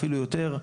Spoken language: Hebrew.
אפילו יותר,